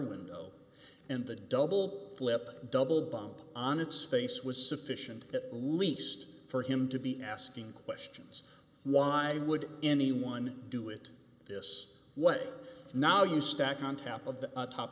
window and the double flip double bump on its face was sufficient at least for him to be asking questions why would anyone do it this way now you stack on top of the top